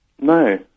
No